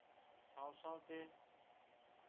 ᱥᱟᱶ ᱥᱟᱶᱛᱮ